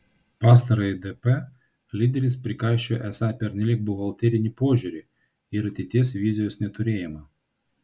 pastarajai dp lyderis prikaišiojo esą pernelyg buhalterinį požiūrį ir ateities vizijos neturėjimą